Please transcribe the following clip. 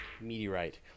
meteorite